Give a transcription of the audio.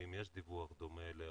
ואם יש דיווח דומה לרשויות,